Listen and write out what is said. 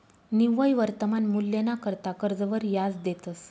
निव्वय वर्तमान मूल्यना करता कर्जवर याज देतंस